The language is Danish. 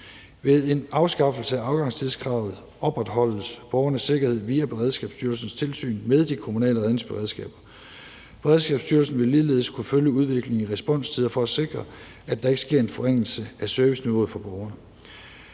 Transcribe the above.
Ved en afskaffelse af afgangstidskravet opretholdes borgernes sikkerhed via Beredskabsstyrelsens tilsyn med de kommunale redningsberedskaber. Beredskabsstyrelsen vil ligeledes kunne følge udviklingen i responstider for at sikre, at der ikke sker en forringelse af serviceniveauet for borgerne.